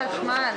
הישיבה נעולה.